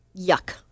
Yuck